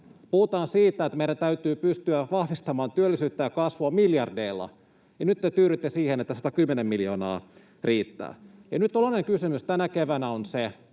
Puhutaan siitä, että meidän täytyy pystyä vahvistamaan työllisyyttä ja kasvua miljardeilla, ja nyt te tyydytte siihen, että 110 miljoonaa riittää. [Antti Lindtman: Höpö höpö!] Nyt olennainen kysymys tänä keväänä on se,